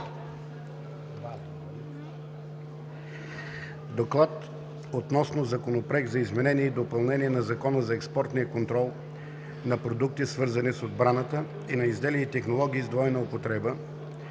гласуване на Законопроект за изменение и допълнение на Закона за експортния контрол на продукти, свързани с отбраната и на изделия и технологии с двойна употреба.